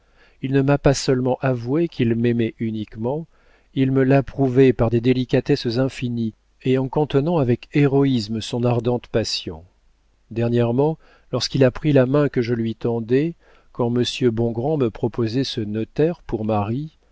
il ne m'a pas seulement avoué qu'il m'aimait uniquement il me l'a prouvé par des délicatesses infinies et en contenant avec héroïsme son ardente passion dernièrement lorsqu'il a pris la main que je lui tendais quand monsieur bongrand me proposait ce notaire pour mari